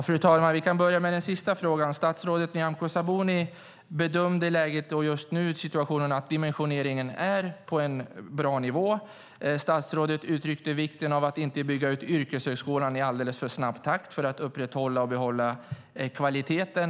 Fru talman! Jag kan börja med den sista frågan. Statsrådet Nyamko Sabuni bedömde att dimensioneringen just nu är på en bra nivå. Hon uttryckte vikten av att inte bygga ut yrkeshögskolan i alldeles för snabb takt för att upprätthålla kvaliteten.